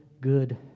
good